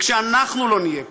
וכשאנחנו לא נהיה פה,